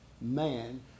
man